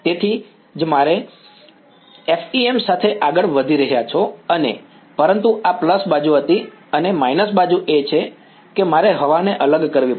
તેથી તેથી જ તમે FEM સાથે આગળ વધી રહ્યા છો અને પરંતુ આ પ્લસ બાજુ હતી અને માઈનસ બાજુ એ છે કે મારે હવાને અલગ કરવી પડશે